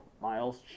miles